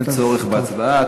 אין צורך בהצבעה.